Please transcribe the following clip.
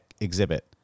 exhibit